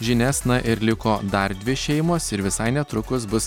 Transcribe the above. žinias na ir liko dar dvi šeimos ir visai netrukus bus